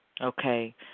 Okay